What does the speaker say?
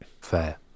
fair